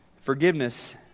Forgiveness